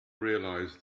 realise